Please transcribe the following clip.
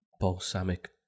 balsamic